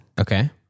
Okay